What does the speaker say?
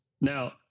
Now